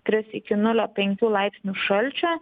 kris iki nulio penkių laipsnių šalčio